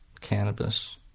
cannabis